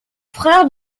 frère